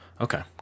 okay